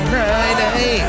Friday